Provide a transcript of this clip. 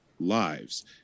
lives